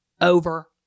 over